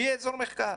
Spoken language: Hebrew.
מחקר.